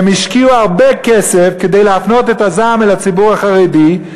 והם השקיעו הרבה כסף כדי להפנות את הזעם אל הציבור החרדי,